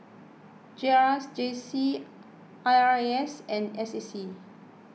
J R S J C I R A S and S A C